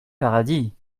paradis